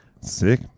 Sick